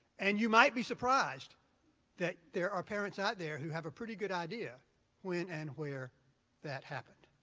and you might be surprised that there are parents out there who have a pretty good idea when and where that happened.